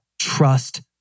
trust